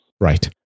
Right